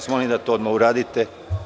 Molim vas da to odmah uradite.